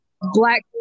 black